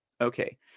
Okay